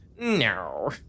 No